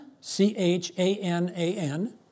C-H-A-N-A-N